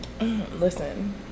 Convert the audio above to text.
Listen